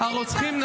זה היה במשמרת שלכם.